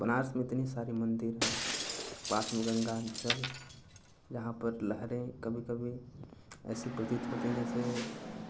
तो बनारस में इतने सारे मन्दिर हैं पास में गंगाजल जहाँ पर लहरें कभी कभी ऐसे प्रतीत होती हैं जैसे